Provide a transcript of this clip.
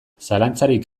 zalantzarik